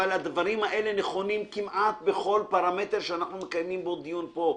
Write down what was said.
אבל הדברים האלה נכונים כמעט בכל פרמטר שאנחנו מקיימים בו דיון פה.